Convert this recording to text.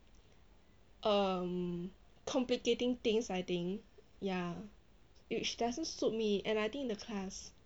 um complicating things I think ya which doesn't suit me and I think the class